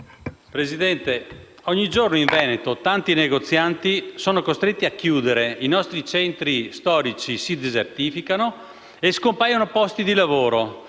Presidente, ogni giorno in Veneto tanti negozianti sono costretti a chiudere, i nostri centri storici si desertificano e scompaiono posti di lavoro;